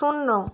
শূন্য